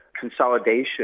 consolidation